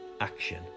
action